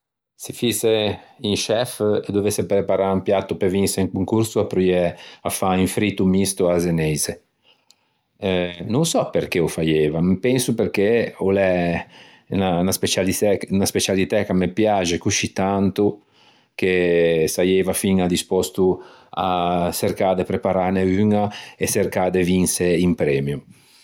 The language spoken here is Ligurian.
Se fïse un chef e dovesse preparâ un piato pe vinçe un concorso appreuiæ a fâ un frito misto a-a zeneise. Eh no ô sò perché o faieiva, penso perché o l'è unna specialitæ ch'a me piaxe coscì tanto che saieiva fiña dispòsto à çercâ de preparâne uña e çercâ de vinçe un premio.